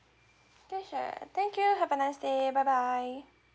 okay sure thank you have a nice day bye bye